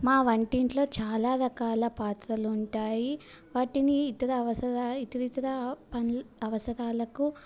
మా వంటింట్లో చాలా రకాల పాత్రలు ఉంటాయి వాటిని ఇతర అవసరయి ఇతరితర పన్ అవసరాలకు